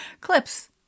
clips